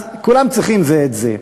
אז כולם צריכים זה את זה,